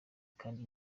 kandi